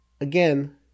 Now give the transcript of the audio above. again